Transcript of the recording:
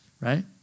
Right